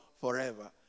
forever